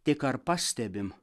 tik ar pastebim